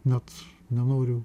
net nenoriu